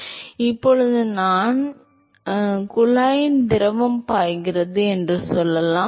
எனவே இப்போது நாம் என்றால் குழாய்க்குள் திரவம் பாய்கிறது என்று சொல்லலாம்